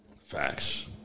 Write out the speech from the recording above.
Facts